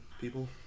people